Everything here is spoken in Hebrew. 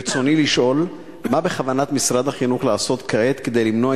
ברצוני לשאול: מה בכוונת משרד החינוך לעשות כעת כדי למנוע